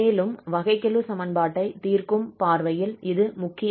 மேலும் வகைக்கெழு சமன்பாட்டைத் தீர்க்கும் பார்வையில் இது முக்கியமானது